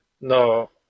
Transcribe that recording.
No